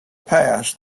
past